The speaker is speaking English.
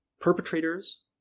perpetrators